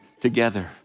together